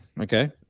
Okay